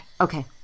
Okay